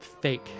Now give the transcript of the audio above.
fake